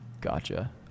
Gotcha